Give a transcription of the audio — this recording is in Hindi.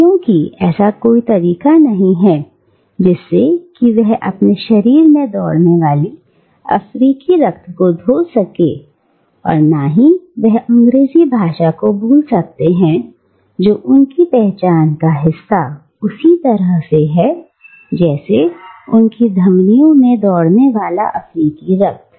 क्योंकि ऐसा कोई तरीका नहीं है जिससे कि वह अपने शरीर में दौड़ने वाले अफ्रीकी रक्त को धो सके और ना ही वह अंग्रेजी भाषा को भूल सकते हैं जो उनकी पहचान का हिस्सा उसी तरह से है जैसे उनकी धमनियों में दौड़ने वाला अफ्रीकी रक्त